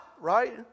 right